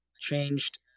changed